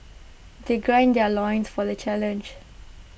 they gird their loins for the challenge